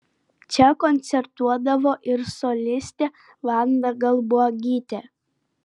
čia koncertuodavo ir solistė vanda galbuogytė